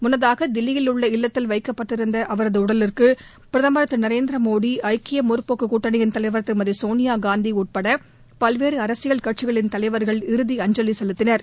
முன்னதாக தில்லியில் உள்ள இல்லத்தில் வைக்கப்பட்டிருந்த அவரது உடலுக்கு பிரதமர் திரு நரேந்திரமோடி ஐக்கிய முற்போக்கு கூட்டணியின் தலைவர் திருமதி சோனியா காந்தி உட்பட பல்வேறு அரசியல் கட்சிகளின் தலைவர்கள் இறுதி அஞ்சலி செலுத்தினர்